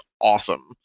awesome